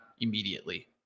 immediately